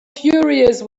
furious